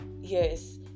Yes